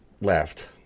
left